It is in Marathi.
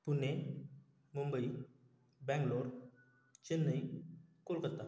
पुणे मुंबई बेंगलोर चेन्नई कोलकत्ता